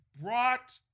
brought